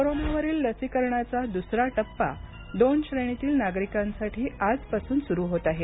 कोरोनावरील लसीकरणाचा दुसरा टप्पा दोन श्रेणीतील नागरिकांसाठी आजपासून सुरु होत आहे